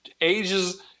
ages